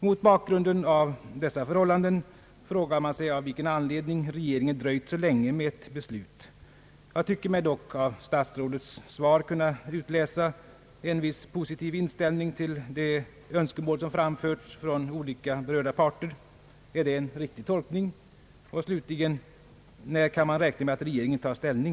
Mot bakgrunden av dessa förhållanden frågar man sig av vilken anledning regeringen dröjt så länge med ett beslut, Jag tycker mig dock av statsrådets svar kunna utläsa en viss positiv inställning till det önskemål som framförts från olika berörda parter. Är det en riktig tolkning? Slutligen: När kan man räkna med att regeringen tar ställning?